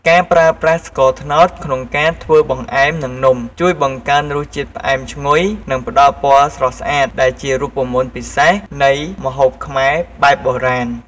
ការប្រើប្រាស់ស្ករត្នោតក្នុងការធ្វើបង្អែម និងនំ ជួយបង្កើនរសជាតិផ្អែមឈ្ងុយ និងផ្ដល់ពណ៌ស្រស់ស្អាតដែលជារូបមន្តពិសេសនៃម្ហូបខ្មែរបែបបុរាណ។